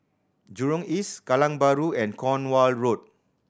Jurong East Kallang Bahru and Cornwall Road